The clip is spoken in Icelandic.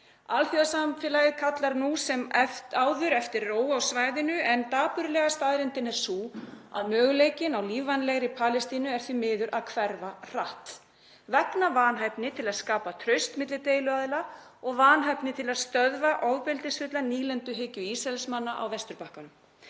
Alþjóðasamfélagið kallar nú sem áður eftir ró á svæðinu en dapurlega staðreyndin er sú að möguleikinn á lífvænlegri Palestínu er því miður að hverfa hratt vegna vanhæfni til að skapa traust milli deiluaðila og vanhæfni til að stöðva ofbeldisfulla nýlenduhyggju Ísraelsmanna á Vesturbakkanum.